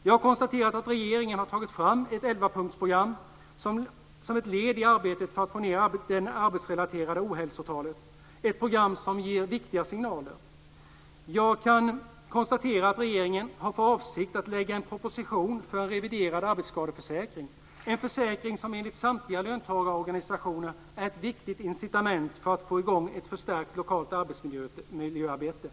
Jag har konstaterat att regeringen har tagit fram ett elvapunktsprogram som ett led i arbetet för att få ned det arbetsrelaterade ohälsotalet, ett program som ger viktiga signaler. Jag kan konstatera att regeringen har för avsikt att lägga fram en proposition för en reviderad arbetsskadeförsäkring, en försäkring som enligt samtliga löntagarorganisationer är ett viktigt incitament för att få i gång ett förstärkt lokalt arbetsmiljöarbete.